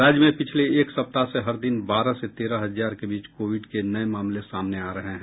राज्य में पिछले एक सप्ताह से हर दिन बारह से तेरह हजार के बीच कोविड के नये मामले सामने आ रहे हैं